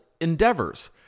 endeavors